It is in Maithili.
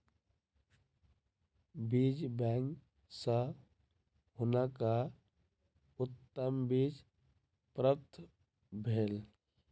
बीज बैंक सॅ हुनका उत्तम बीज प्राप्त भेल